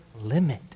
limit